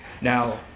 Now